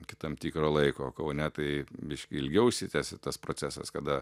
iki tam tikro laiko kaune tai biškį ilgiau užsitęsė tas procesas kada